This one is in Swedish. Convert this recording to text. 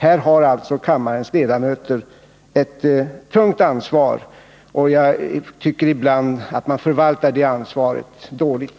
Här har alltså kammarens ledamöter ett tungt ansvar, och jag tycker ibland att de förvaltar det ansvaret dåligt.